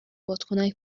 بادکنک